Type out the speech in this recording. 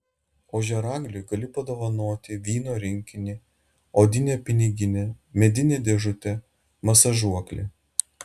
ožiaragiui gali padovanoti vyno rinkinį odinę piniginę medinę dėžutę masažuoklį